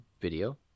video